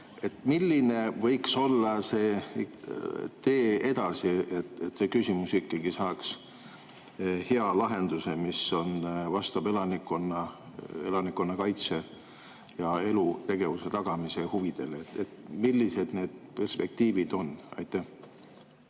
Milline võiks olla tee edasi, et see küsimus saaks hea lahenduse, mis vastab elanikkonna kaitse ja elutegevuse tagamise huvidele? Millised need perspektiivid on? Aitäh,